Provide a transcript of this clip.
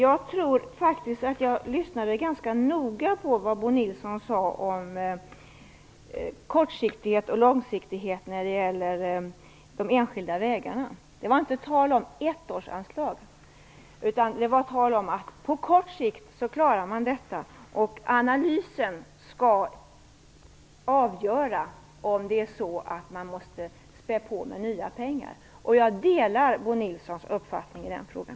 Fru talman! Jag lyssnade ganska noga på vad Bo Nilsson sade om kortsiktighet och långsiktighet när det gäller de enskilda vägarna. Det var inte tal om ett års anslag utan om att man på kort sikt klarar detta. Analysen skall få avgöra om man måste spä på med nya pengar. Jag delar Bo Nilssons uppfattning i den frågan.